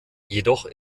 jedoch